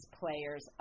players